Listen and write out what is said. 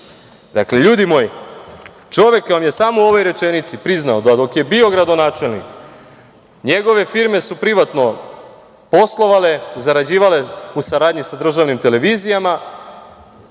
ljudi moji, čovek vam je samo u ovoj rečenici priznao da dok je bio gradonačelnik njegove firme su privatno poslovale, zarađivale u saradnji sa državnim televizijama,